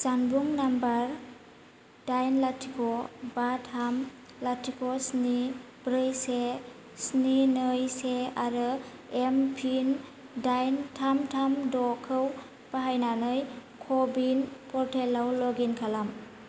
जानबुं नाम्बार दाइन लाथिख' बा थाम लाथिख' स्नि ब्रै से स्नि नै सेआरो एमपिन दाइन थाम थाम द'खौ बाहायनानै क' विन पर्टेलाव लग इन खालाम